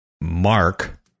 Mark